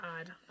odd